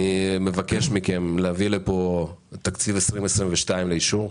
אני מבקש מכם להביא לפה את תקציב 2022 לאישור,